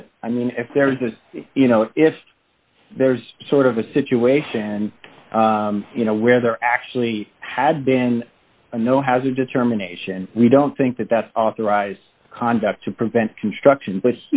that i mean if there is a you know if there's sort of a situation you know where they're actually had been a no hazard determination we don't think that that's authorized conduct to prevent construction but